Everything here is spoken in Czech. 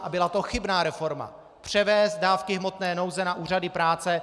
A byla to chybná reforma, převést dávky hmotné nouze na úřady práce.